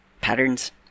patterns